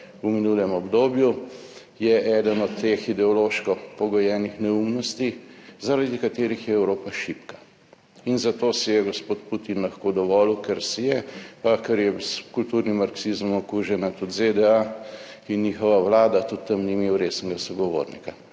v minulem obdobju, je eden od teh ideološko pogojenih neumnosti, zaradi katerih je Evropa šibka. In zato si je gospod Putin lahko dovolil, kar si je. Pa ker je s kulturnim marksizmom okužena tudi ZDA in njihova vlada, tudi tam ni imel resnega sogovornika